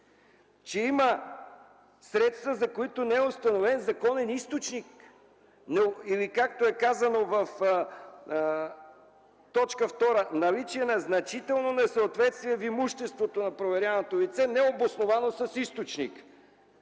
че има средства, за които не е установен законен източник. Или както е казано в т. 2 – „наличие на значително несъответствие в имуществото на проверяваното лице, необосновано с източник”.